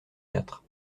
quatre